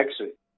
exit